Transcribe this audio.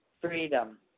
Freedom